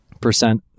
percent